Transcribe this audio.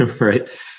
Right